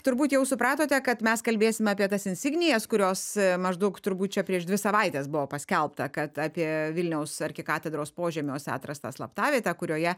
turbūt jau supratote kad mes kalbėsim apie tas insignijas kurios maždaug turbūt čia prieš dvi savaites buvo paskelbta kad apie vilniaus arkikatedros požemiuose atrastą slaptavietę kurioje